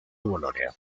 bolonia